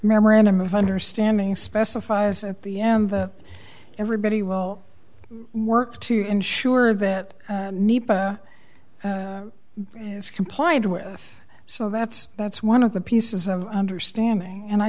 memorandum of understanding specifies at the end everybody will work to ensure that nepa is complied with so that's that's one of the pieces of understanding and i